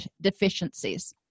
deficiencies